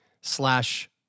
slash